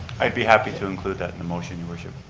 i'd be happy to include that in the motion, your worship.